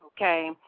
Okay